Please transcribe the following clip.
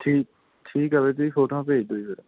ਠੀਕ ਠੀਕ ਹੈ ਵੀਰ ਤੁਸੀਂ ਫੋਟੋਆਂ ਭੇਜ ਦਿਉ ਜੀ ਫਿਰ